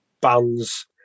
bands